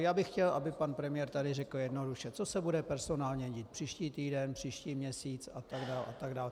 Já bych chtěl, aby pan premiér tady řekl jednoduše, co se bude personálně dít příští týden, příští měsíc atd. atd.